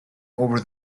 over